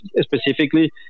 specifically